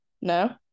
no